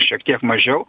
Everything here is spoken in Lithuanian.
šiek tiek mažiau